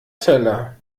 teller